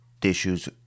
Tissues